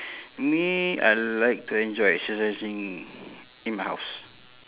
me I like to enjoy exercising in my house